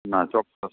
ના ચોક્કસ